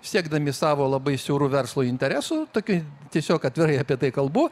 siekdami savo labai siaurų verslo interesų tokių tiesiog atvirai apie tai kalbu